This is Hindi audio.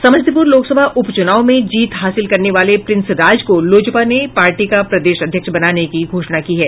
समस्तीपूर लोकसभा उपचूनाव में जीत हासिल करने वाले प्रिंस राज को लोजपा ने पार्टी का प्रदेश अध्यक्ष बनाने की घोषणा की है